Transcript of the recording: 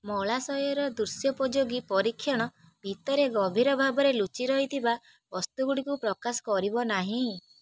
ମଳାଶୟର ଦୃଶ୍ୟୋପଯୋଗୀ ପରୀକ୍ଷଣ ଭିତରେ ଗଭୀର ଭାବରେ ଲୁଚି ରହିଥିବା ବସ୍ତୁ ଗୁଡ଼ିକୁ ପ୍ରକାଶ କରିବ ନାହିଁ